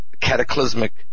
cataclysmic